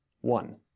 one